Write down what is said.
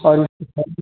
और